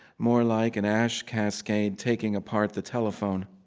more like an ash cascade taking apart the telephone.